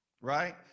right